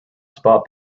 spot